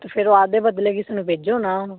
ਅਤੇ ਫਿਰ ਉਹ ਆਪਣੇ ਬਦਲੇ ਕਿਸ ਨੂੰ ਭੇਜੋ ਨਾ ਹੁਣ